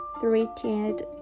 threatened